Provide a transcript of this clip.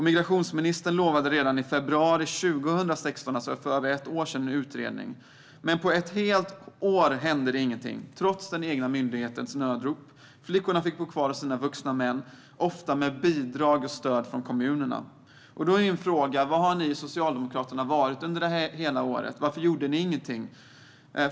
Migrationsministern lovade i februari 2016 en utredning, men på ett helt år hände ingenting, trots den egna myndighetens nödrop. Flickorna fick bo kvar hos de vuxna männen, ofta med bidrag och stöd från kommunerna. Då är min fråga: Var har ni i Socialdemokraterna varit under det här året? Varför har ni inte gjort någonting?